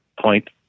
point